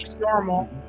normal